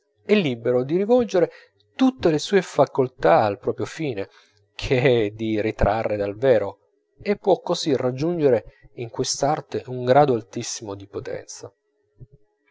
è libero di rivolgere tutte le sue facoltà al proprio fine che è di ritrarre dal vero e può così raggiungere in quest'arte un grado altissimo di potenza